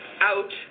out